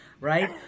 right